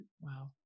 wow